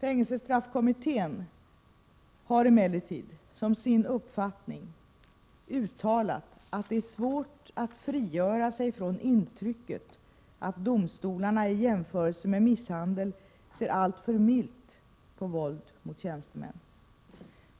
Fängelsestraffkommittén har emellertid som sin uppfattning uttalat att det är svårt att frigöra sig från intrycket att domstolarna i jämförelse med misshandel ser alltför milt på våld mot tjänsteman.